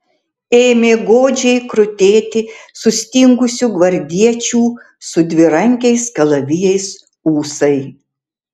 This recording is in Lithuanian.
ėmė godžiai krutėti sustingusių gvardiečių su dvirankiais kalavijais ūsai